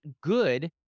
good